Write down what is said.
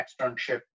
externship